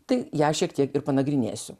tai ją šiek tiek ir panagrinėsiu